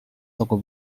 toko